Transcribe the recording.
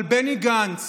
אבל בני גנץ